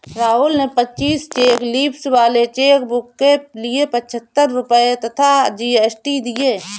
राहुल ने पच्चीस cheque leaves वाले चेकबुक के लिए पच्छत्तर रुपये तथा जी.एस.टी दिए